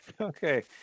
Okay